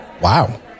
Wow